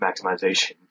maximization